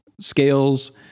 scales